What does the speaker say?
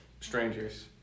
strangers